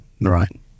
Right